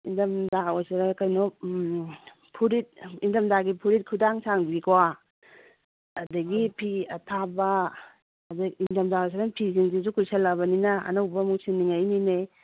ꯏꯪꯗꯝꯗꯥ ꯀꯩꯅꯣ ꯐꯨꯔꯤꯠ ꯏꯪꯗꯝꯗꯥꯒꯤ ꯐꯨꯔꯤꯠ ꯈꯨꯗꯥꯡ ꯁꯥꯡꯕꯤꯀꯣ ꯑꯗꯒꯤ ꯐꯤ ꯑꯊꯥꯕ ꯑꯗꯩ ꯏꯪꯗꯝꯗꯥ ꯑꯣꯏꯁꯜꯂꯃꯤꯅ ꯐꯤꯖꯤꯡꯖꯤꯖꯨ ꯀꯨꯏꯁꯜꯂꯛꯑꯕꯅꯤꯅ ꯑꯅꯧꯕ ꯑꯃꯨꯛ ꯁꯤꯟꯅꯤꯡꯉꯛꯏꯅꯤꯅꯦ